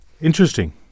Interesting